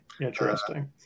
Interesting